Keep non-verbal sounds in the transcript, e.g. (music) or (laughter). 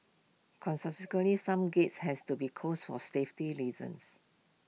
(unintelligible) some gates has to be closed for safety reasons